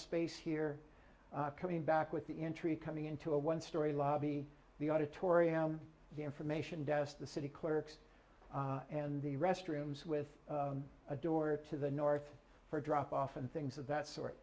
space here coming back with the entry coming into a one story lobby the auditorium the information desk the city clerks and the restrooms with a door to the north for drop off and things of that sort